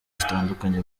zitandukanye